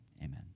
amen